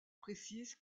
précise